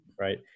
right